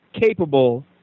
capable